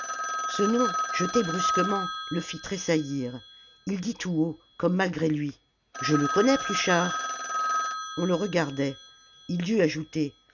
ce nom jeté brusquement le fit tressaillir il dit tout haut comme malgré lui je le connais pluchart on le regardait il dut ajouter